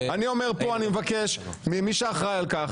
אני מבקש ממי שאחראי על כך,